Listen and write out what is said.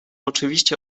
oczywiście